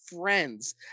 friends